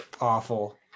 Awful